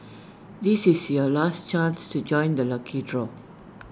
this is your last chance to join the lucky draw